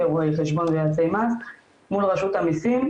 כרואי חשבון ויועצי מס מול רשות המסים,